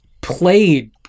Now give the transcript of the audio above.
played